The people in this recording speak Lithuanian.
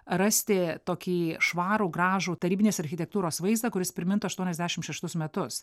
rasti tokį švarų gražų tarybinės architektūros vaizdą kuris primintų aštuoniasdešimt šeštus metus